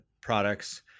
products